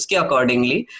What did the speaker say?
accordingly